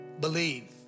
Believe